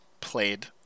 played